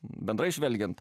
bendrai žvelgiant